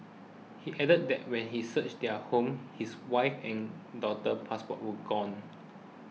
he added that when he searched their home his wife's and daughter's passports were gone